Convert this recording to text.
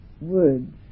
words